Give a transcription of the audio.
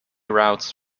routes